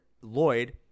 Lloyd